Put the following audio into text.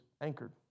anchored